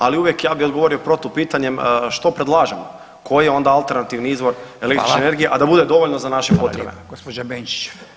Ali uvijek ja bih odgovorio protupitanjem što predlažem, koji je onda alternativni izvor električne energije a da bude dovoljno za naše potrebe?